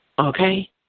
Okay